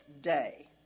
day